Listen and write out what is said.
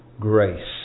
grace